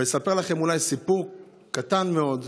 אספר לכם אולי סיפור קטן מאוד: